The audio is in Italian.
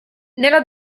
nella